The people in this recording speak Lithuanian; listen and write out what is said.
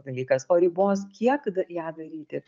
dalykas o ribos kiek ją daryti